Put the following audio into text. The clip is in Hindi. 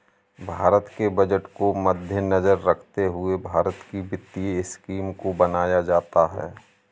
भारत के बजट को मद्देनजर रखते हुए भारत की वित्तीय स्कीम को बनाया जाता है